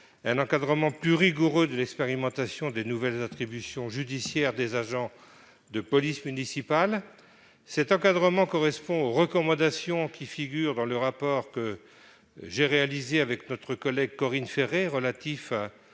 un encadrement plus rigoureux de l'expérimentation des nouvelles attributions judiciaires des agents de police municipale. Cet encadrement correspond aux recommandations qui figurent dans le rapport que j'ai réalisé avec notre collègue Corinne Féret, relatif